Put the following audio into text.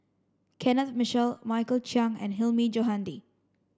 Kenneth Mitchell Michael Chiang and Hilmi Johandi